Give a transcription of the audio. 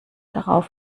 darauf